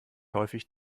häufig